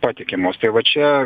patikimos tai va čia